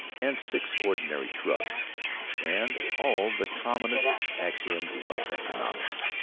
and six ordinary shrubs and all the commonest axioms of economics.